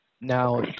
now